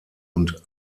und